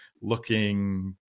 looking